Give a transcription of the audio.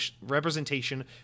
representation